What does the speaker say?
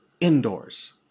indoors